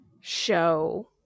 show